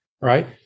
right